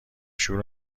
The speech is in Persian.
شور